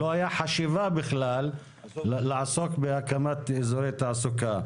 לא הייתה חשיבה בכלל לעסוק בהקמת אזורי תעסוקה.